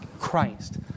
Christ